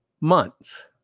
months